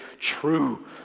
true